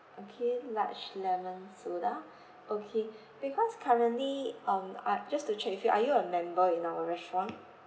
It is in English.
okay large lemon soda okay because currently um uh just to check with you are you a member in our restaurant